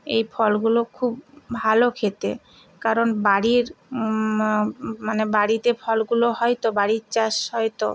এই ফলগুলো খুব ভালো খেতে কারণ বাড়ির মানে বাড়িতে ফলগুলো হয় তো বাড়ির চাষ হয় তো